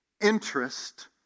interest